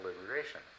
liberation